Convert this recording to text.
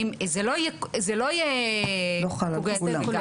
זה לא יהיה קוגנטי.